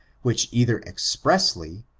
which, either expressly,